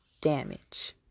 damage